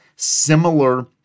Similar